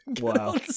Wow